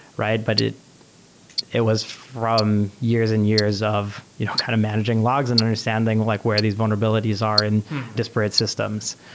but it it was from years and years of you know kind of managing logs and understanding like where these vulnerabilities are in disparate systems.